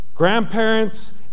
grandparents